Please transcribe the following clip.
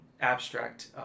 abstract